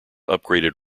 upgraded